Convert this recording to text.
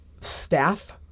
staff